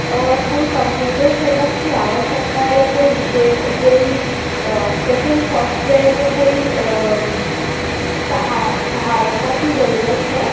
اور کوئی computer set up کی آوشکتا یا کوئی وِشے کوئی اسپیشل سافٹ ویر یا کوئی سہایتا کی ضرورت ہے